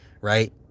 right